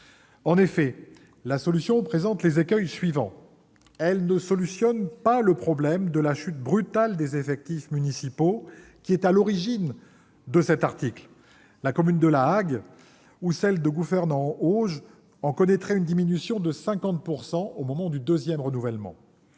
En effet, la solution présente les écueils suivants. Elle ne résout pas le problème de la chutebrutale des effectifs municipaux, qui est à l'origine decet article. La commune de La Hague ou celle deGouffern en Auge connaîtraient une diminution de50 % de leurs effectifs de conseillers